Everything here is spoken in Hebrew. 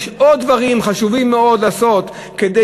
יש עוד דברים חשובים מאוד לעשות כדי